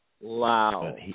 Wow